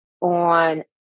on